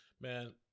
Man